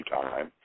time